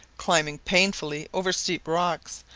climbing painfully over steep rocks,